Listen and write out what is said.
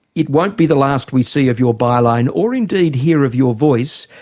it won't be the last we see of your byline or indeed hear of your voice.